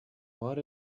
what